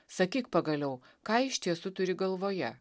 sakyk pagaliau ką iš tiesų turi galvoje